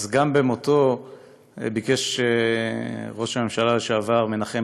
גם במותו ביקש ראש הממשלה לשעבר מנחם